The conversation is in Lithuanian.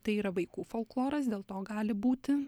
tai yra vaikų folkloras dėl to gali būti